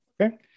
Okay